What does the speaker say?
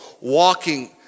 walking